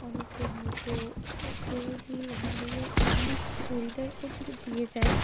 অনেকে হয়তো কেউ যদি এখান থেকে এখানে চরিদার করতে দিয়ে যায়